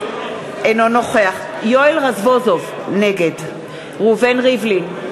אינו נוכח יואל רזבוזוב, נגד ראובן ריבלין,